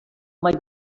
mai